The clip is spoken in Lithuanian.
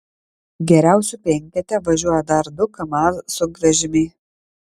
geriausių penkete važiuoja dar du kamaz sunkvežimiai